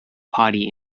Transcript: party